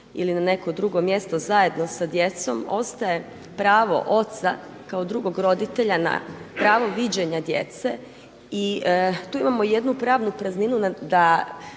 ili na neko drugo mjesto zajedno sa djecom ostaje pravo oca kao drugog roditelja na pravo viđenja djece. I tu imamo jednu pravnu prazninu da